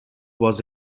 was